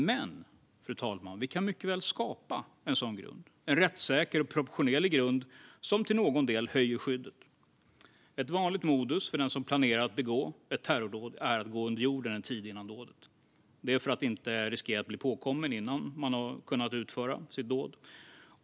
Men, fru talman, vi kan mycket väl skapa en sådan grund, en rättssäker och proportionerlig grund som till någon del höjer skyddet. Ett vanligt modus operandi för den som planerar att begå ett terrordåd är att gå under jorden en tid innan dådet, detta för att inte riskera att bli påkommen innan man har kunnat utföra sitt dåd.